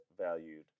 valued